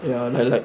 ya and I like